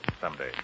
someday